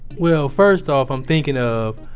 well, first off, i'm thinking of,